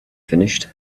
finished